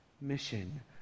mission